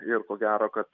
ir ko gero kad